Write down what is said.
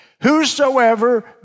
whosoever